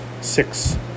six